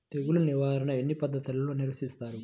తెగులు నిర్వాహణ ఎన్ని పద్ధతులలో నిర్వహిస్తారు?